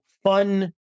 fun